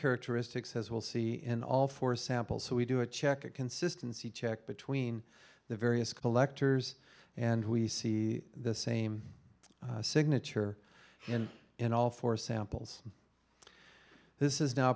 characteristics as we'll see in all four samples so we do a check a consistency check between the various collectors and we see the same signature in all four samples this is now